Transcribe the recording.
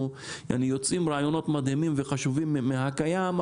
יוצאים רעיונות מדהימים וחשובים מהקיים,